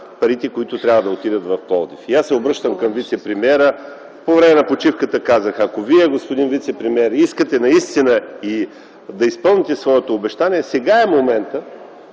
парите, които трябва да отидат в Пловдив. Обръщам се към вицепремиера. По време на почивката казах: „Ако Вие, господин вицепремиер, искате наистина да изпълните своето обещание, сега е моментът